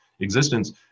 existence